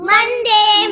Monday